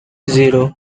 zero